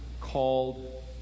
called